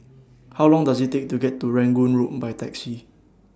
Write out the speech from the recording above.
How Long Does IT Take to get to Rangoon Road By Taxi